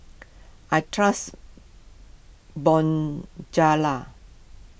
I trust Bonjela